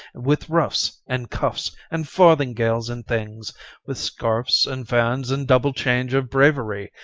with ruffs and cuffs and farthingales and things with scarfs and fans and double change of bravery,